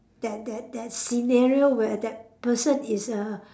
that that that scenario where that person is a